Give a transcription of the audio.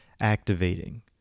Activating